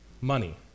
money